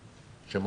שעות.